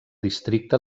districte